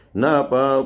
napa